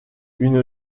une